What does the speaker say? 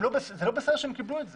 זה לא בסדר שהם קיבלו את זה.